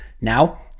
Now